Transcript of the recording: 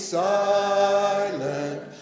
silent